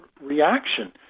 reaction